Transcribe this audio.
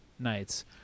Nights